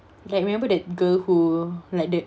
like remember that girl who like that